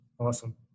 Awesome